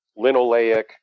linoleic